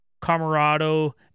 camarado